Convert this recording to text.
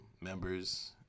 members